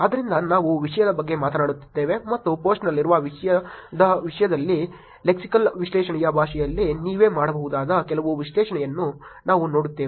ಆದ್ದರಿಂದ ನಾವು ವಿಷಯದ ಬಗ್ಗೆ ಮಾತನಾಡುತ್ತಿದ್ದೇವೆ ಮತ್ತು ಪೋಸ್ಟ್ನಲ್ಲಿರುವ ವಿಷಯದ ವಿಷಯದಲ್ಲಿ ಲೆಕ್ಸಿಕಲ್ ವಿಶ್ಲೇಷಣೆಯ ಪರಿಭಾಷೆಯಲ್ಲಿ ನೀವೇ ಮಾಡಬಹುದಾದ ಕೆಲವು ವಿಶ್ಲೇಷಣೆಯನ್ನು ನಾವು ನೀಡುತ್ತೇವೆ